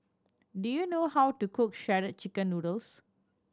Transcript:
do you know how to cook Shredded Chicken Noodles